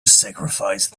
sacrifice